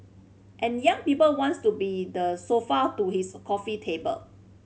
and young people wants to be the sofa to his coffee table